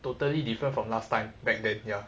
totally different from last time back then ya